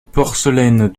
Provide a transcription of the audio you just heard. porcelaine